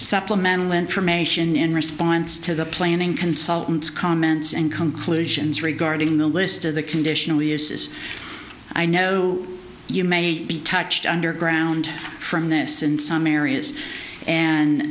supplemental information in response to the planning consultants comments and conclusions regarding the list of the conditional uses i know you may be touched underground from this and some areas and